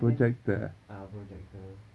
and then ah projector